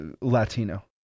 Latino